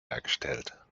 hergestellt